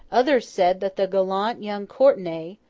others said that the gallant young courtenay,